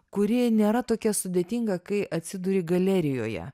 kuri nėra tokia sudėtinga kai atsiduri galerijoje